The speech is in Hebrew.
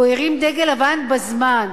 הוא הרים דגל לבן בזמן.